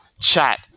chat